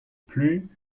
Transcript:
plus